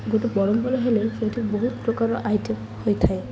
ଗୋଟେ ପରମ୍ପରା ହେଲେ ସେଉଠି ବହୁତ ପ୍ରକାରର ହୋଇଥାଏ